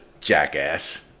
jackass